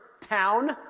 town